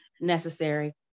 Necessary